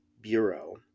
Bureau